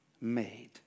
made